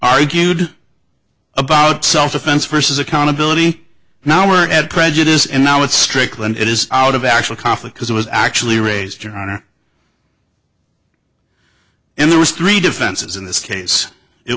argued about self defense versus accountability now or at prejudice and now it's strickland it is out of actual conflict because it was actually raised her honor and there was three defenses in this case it